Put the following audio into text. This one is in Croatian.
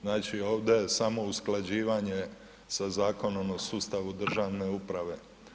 Znači ovdje je samo usklađivanje sa Zakonom o sustavu državne uprave.